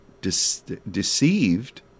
deceived